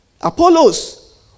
Apollos